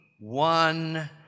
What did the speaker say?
One